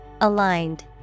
Aligned